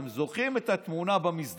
אתם זוכרים את התמונה במסדרון.